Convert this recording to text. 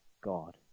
God